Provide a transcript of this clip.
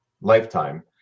lifetime